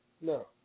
No